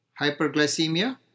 hyperglycemia